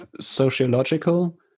sociological